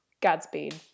Godspeed